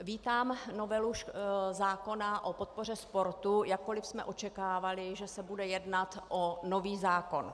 Vítám novelu zákona o podpoře sportu, jakkoliv jsme očekávali, že se bude jednat o nový zákon.